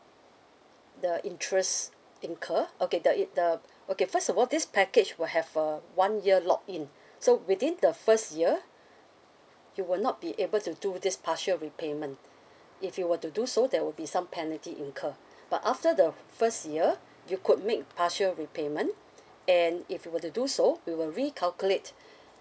the interest incur okay the in~ the okay first of all this package will have a one year lock in so within the first year you will not be able to do this partial repayment if you were to do so there will be some penalty incur but after the first year you could make partial repayment and if you were to do so we will recalculate